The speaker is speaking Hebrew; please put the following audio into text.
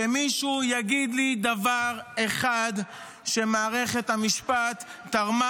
שמישהו יגיד לי דבר אחד שמערכת המשפט תרמה